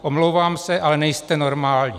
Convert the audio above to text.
Omlouvám se, ale nejste normální.